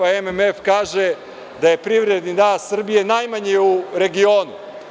Pa, MMF kaže da je privredni rast Srbije najmanji u regionu.